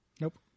Nope